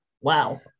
Wow